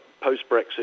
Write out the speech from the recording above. post-Brexit